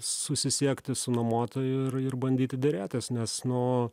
susisiekti su nuomotoju ir ir bandyti derėtis nes nu